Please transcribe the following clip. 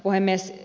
puhemies